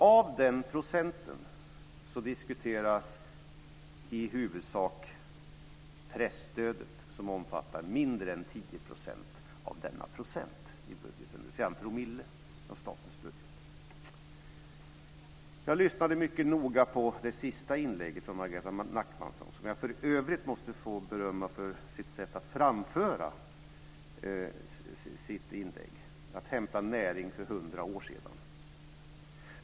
I huvudsak diskuteras presstödet, som omfattar mindre än 10 % av denna procent, dvs. 1 % Jag lyssnade mycket noga på det sista inlägget från Margareta Nachmanson, som jag för övrigt måste få berömma för hennes sätt att framföra sitt inlägg. Hon hämtade näring hundra år tillbaks i tiden.